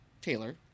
Taylor